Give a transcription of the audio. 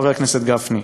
חבר הכנסת גפני,